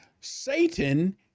Satan